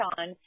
on